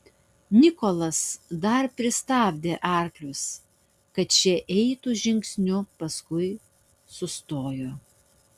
nikolas dar pristabdė arklius kad šie eitų žingsniu paskui sustojo